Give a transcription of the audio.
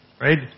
right